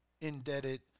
indebted